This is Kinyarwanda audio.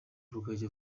rugagi